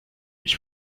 ich